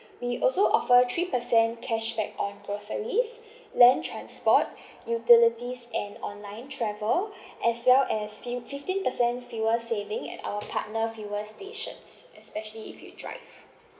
we also offer three percent cashback on groceries land transport utilities and online travel as well as fif~ fifteen percent fuel saving at our partner fuel stations especially if you drive